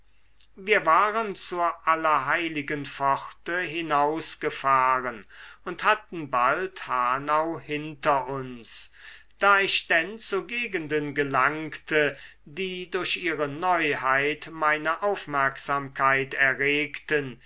wir waren zur allerheiligenpforte hinausgefahren und hatten bald hanau hinter uns da ich denn zu gegenden gelangte die durch ihre neuheit meine aufmerksamkeit erregten